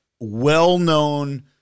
Well-known